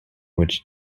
which